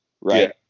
right